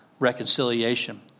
reconciliation